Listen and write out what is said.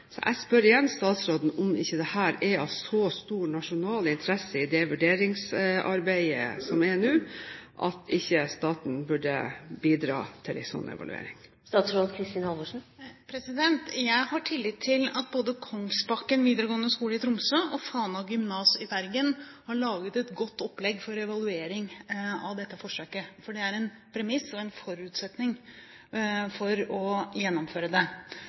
Så jeg spør igjen statsråden om ikke dette er av så stor nasjonal interesse for det vurderingsarbeidet som nå pågår, at staten burde bidra til en slik evaluering. Jeg har tillit til at både Kongsbakken videregående skole i Tromsø og Fana gymnas i Bergen har laget et godt opplegg for evaluering av dette forsøket, for det er en forutsetning for å gjennomføre det.